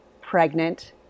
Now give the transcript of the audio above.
pregnant